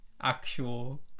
actual